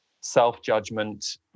self-judgment